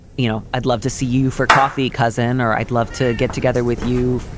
you know, i'd love to see you for coffee. cousin or i'd love to get together with you.